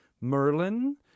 Merlin